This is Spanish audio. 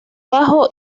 bajo